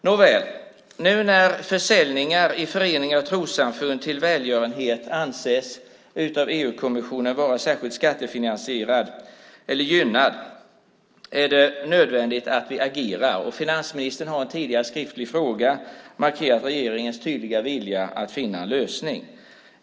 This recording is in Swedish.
Nåväl, nu när försäljning i föreningar och trossamfund till förmån för välgörenhet av EU-kommissionen anses vara särskilt skattefinansierad eller gynnad är det nödvändigt att vi agerar. Finansministern har tidigare med anledning av en skriftlig fråga markerat regeringens tydliga vilja att finna en lösning.